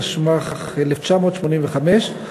התשמ"ה 1985,